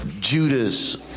Judas